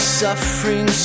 suffering